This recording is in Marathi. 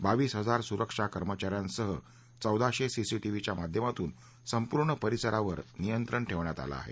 बावीस हजार सुरक्षा कर्मचा यांसह चौदाशे सीसीटीव्हीच्या माध्यमातून संपूर्ण परिसरावर नियंत्रण ठेवण्यात आलं आहे